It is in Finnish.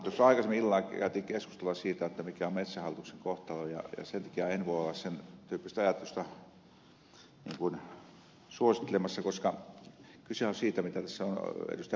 tuossa aikaisemmin illalla käytiin keskustelua siitä mikä on metsähallituksen kohtalo ja sen takia en voi olla sen tyyppistä ajattelua suosittelemassa koska kyse on siitä mitä tässä on ed